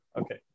Okay